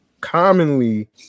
Commonly